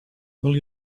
will